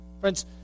Friends